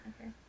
okay